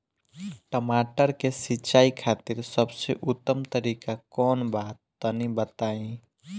टमाटर के सिंचाई खातिर सबसे उत्तम तरीका कौंन बा तनि बताई?